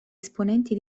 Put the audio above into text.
esponenti